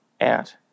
out